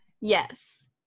Yes